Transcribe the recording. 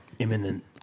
Imminent